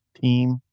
team